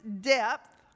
depth